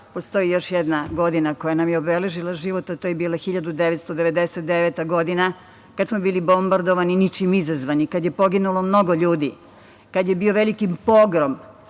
postoji još jedna godina koja nam je obeležila život, a to je bila 1999. godina, kada smo bili bombardovani ničim izazvani, kada je poginulo mnogo ljudi, kada je bio veliki pogrom